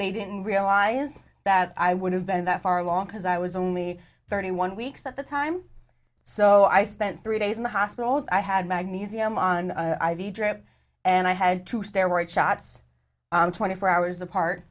they didn't realize that i would have been that far along because i was only thirty one weeks at the time so i spent three days in the hospital i had magnesium on the i v drip and i had to stare at shots twenty four hours apart